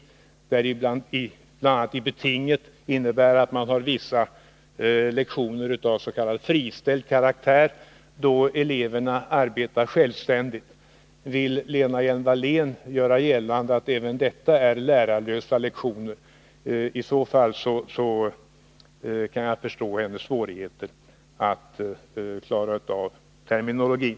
Beting innebär bl.a. att man har vissa lektioner av s.k. friställd karaktär, då eleverna arbetar självständigt. Vill Lena Hjelm-Wallén göra gällande att även detta är lärarlösa lektioner? I så fall kan jag förstå hennes svårigheter att klara terminologin.